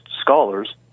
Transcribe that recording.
scholars